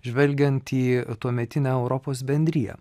žvelgiant į tuometinę europos bendriją